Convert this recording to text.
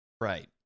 Right